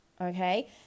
Okay